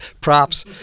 Props